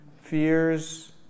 fears